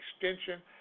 extension